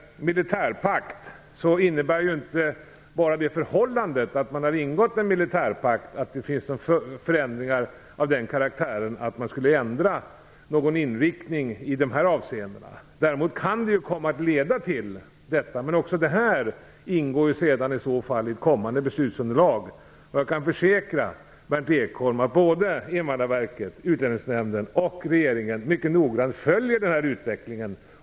Bara det förhållandet att man har ingått en militärpakt innebär inte att det finns förändringar som är av den karaktären att man skulle ändra någon inriktning i de här avseendena. Däremot kan det komma att leda till detta. Men också det ingår i så fall i ett kommande beslutsunderlag. Jag kan försäkra Berndt Ekholm att Invandrarverket, Utlänningsnämnden och regeringen mycket noga följer utvecklingen.